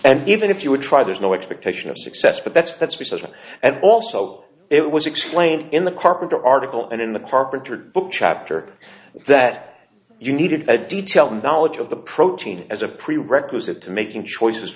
and even if you would try there's no expectation of success but that's that's because and also it was explained in the carpenter article and in the carpenter book chapter that you needed a detailed knowledge of the protein as a prerequisite to making choices